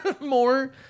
more